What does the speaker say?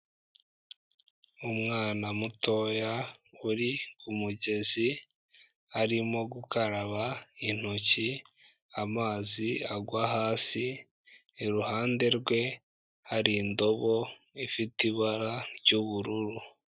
Umwana mutoya uri ku mugezi arimo gukaraba intoki amazi agwa hasi, iruhande rwe hari indobo ifite ibara ry'ubururu.